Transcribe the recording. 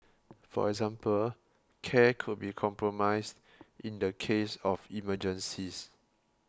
for example care could be compromised in the case of emergencies